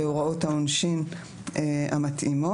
והוראות העונשין המתאימות.